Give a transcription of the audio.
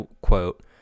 quote